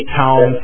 town